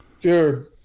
Dude